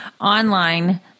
online